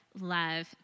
love